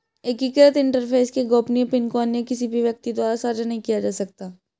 एकीकृत इंटरफ़ेस के गोपनीय पिन को अन्य किसी भी व्यक्ति द्वारा साझा नहीं किया जा सकता